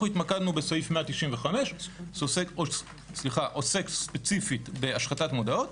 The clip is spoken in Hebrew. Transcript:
אנחנו התמקדנו בסעיף 195 שעוסק ספציפית בהשחתת מודעות,